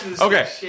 Okay